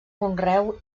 conreu